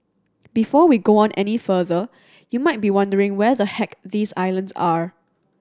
before we go on any further you might be wondering where the heck these islands are